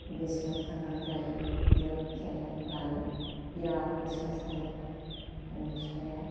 गोसोआ सांग्रां जायो जेरावखि जाया लानो बेराद गोसोआ सानो आंनि फिसालाया